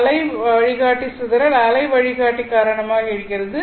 அலை வழிகாட்டி சிதறல் அலை வழிகாட்டி காரணமாக எழுகிறது